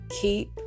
keep